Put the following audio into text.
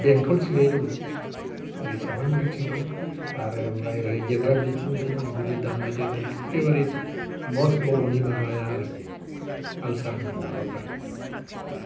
बेंथल थिंजाय दङ ओरै सेरफांगुरिथिं दं आरो ओमफ्राइ ओरैहाय गेन्द्राबिलिथिंजाय दं बिदि दामनाय देनाय एख्खेबारे मस्थ बर'नि माबाया आरिखि कालसारनि माबाफ्रा